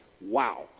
Wow